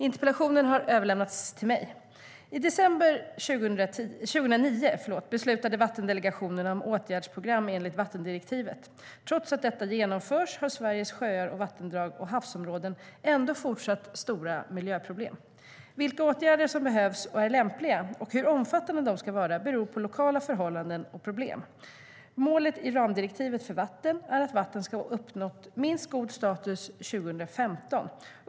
Interpellationen har överlämnats till mig.I december 2009 beslutade vattendelegationerna om åtgärdsprogram enligt vattendirektivet. Trots att dessa genomförs har Sveriges sjöar, vattendrag och havsområden fortsatt stora miljöproblem. Vilka åtgärder som behövs och är lämpliga, och hur omfattande de ska vara, beror på lokala förhållanden och problem. Målet i ramdirektivet för vatten är att vattnen ska ha uppnått minst god status år 2015.